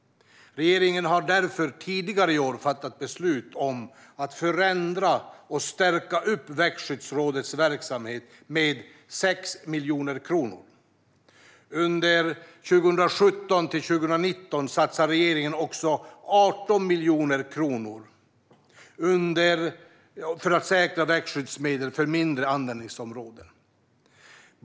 Regeringen har därför tidigare i år fattat beslut om att förändra och stärka Växtskyddsrådets verksamhet med 6 miljoner kronor. Under 2017-2019 satsar regeringen också 18 miljoner kronor för att säkra växtskyddsmedel för mindre användningsområden.